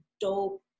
dope